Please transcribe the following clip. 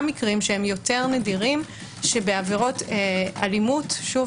מקרים שהם יותר נדירים שבעבירות אלימות שוב,